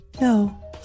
No